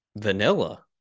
vanilla